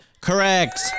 correct